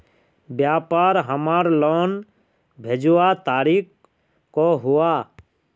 व्यापार हमार लोन भेजुआ तारीख को हुआ?